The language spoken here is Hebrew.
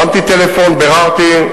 הרמתי טלפון, ביררתי.